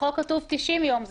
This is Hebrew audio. בחוק כתוב 90 יום.